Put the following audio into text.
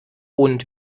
und